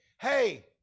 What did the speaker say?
hey